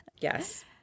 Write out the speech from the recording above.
Yes